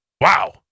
Wow